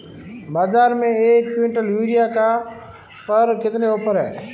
बाज़ार में एक किवंटल यूरिया पर कितने का ऑफ़र है?